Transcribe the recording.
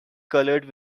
colored